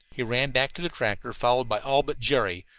he ran back to the tractor, followed by all but jerry,